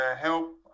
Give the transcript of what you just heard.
help